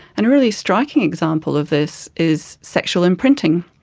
and a really striking example of this is sexual imprinting.